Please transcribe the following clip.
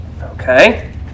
Okay